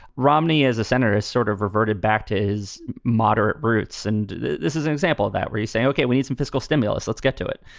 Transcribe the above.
romney is a centrist, sort of reverted back to his moderate roots. and this is an example of that where you say, ok, we need some fiscal stimulus. let's get to it.